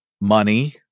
money